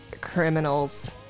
criminals